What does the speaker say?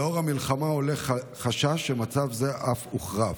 לאור המלחמה עולה חשש שמצב זה אף הוחרף.